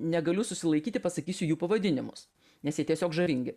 negaliu susilaikyti pasakysiu jų pavadinimus nes jie tiesiog žavingi